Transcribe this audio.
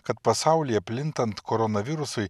kad pasaulyje plintant koronavirusui